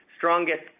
Strongest